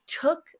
took